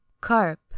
Carp